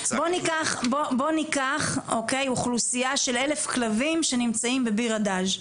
בוא ניקח אוכלוסייה של 1,000 כלבים שנמצאים בביר הדאג'.